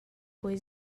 bawi